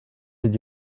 did